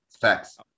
Facts